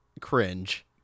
cringe